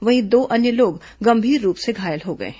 वहीं दो अन्य लोग गंभीर रूप से घायल हो गए हैं